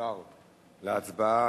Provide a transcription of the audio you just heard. ישר להצבעה,